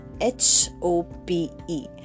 H-O-P-E